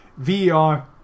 VR